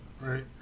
Right